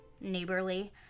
neighborly